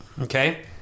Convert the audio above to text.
Okay